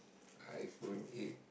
iPhone eight